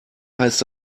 heißt